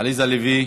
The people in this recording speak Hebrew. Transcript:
עליזה לביא,